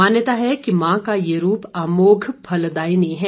मान्यता है कि मां का यह रूप अमोघ फलदायिनी है